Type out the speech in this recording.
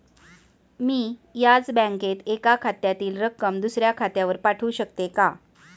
मी याच बँकेत एका खात्यातील रक्कम दुसऱ्या खात्यावर पाठवू शकते का?